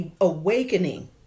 awakening